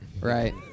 Right